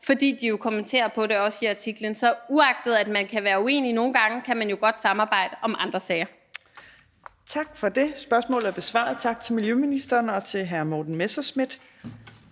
for de kommenterer også på det i artiklen. Så uagtet at man kan være uenig nogle gange, kan man jo godt samarbejde om andre sager. Kl. 14:41 Fjerde næstformand (Trine Torp): Tak til miljøministeren og til hr. Morten Messerschmidt.